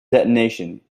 detonation